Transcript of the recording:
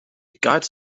guides